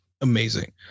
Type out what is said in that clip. amazing